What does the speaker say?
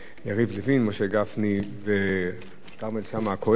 יריב לוין, משה גפני וכרמל שאמה-הכהן.